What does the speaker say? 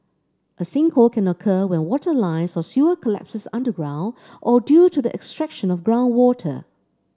a sinkhole can occur when water lines or sewer collapses underground or due to the extraction of groundwater